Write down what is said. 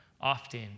often